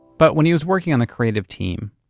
but when he was working on the creative team,